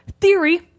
theory